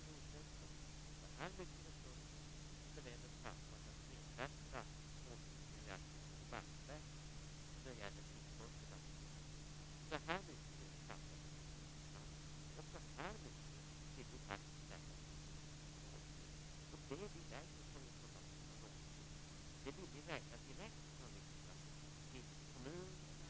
Det är inte alls så som Yvonne Ruwaida säger, att möjligheten att bedriva verksamheter regionalt försvinner. Jag vet att ett antal kommuner redan sitter och jobbar på att bygga upp starka regionala enheter för att föra ut information om ny teknik.